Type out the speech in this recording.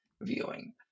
viewing